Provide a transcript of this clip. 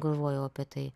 galvojau apie tai